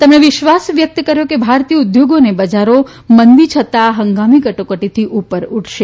તેમણે વિશ્વાસ વ્યક્ત કર્યો કે ભારતીય ઉદ્યોગો અને બજારો મંદી છતાં આ હંગામી કટોકટીથી ઉપર ઉઠશે